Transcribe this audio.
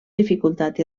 dificultat